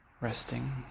resting